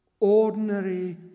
Ordinary